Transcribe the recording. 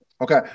Okay